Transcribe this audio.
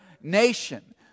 nation